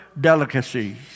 delicacies